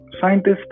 scientists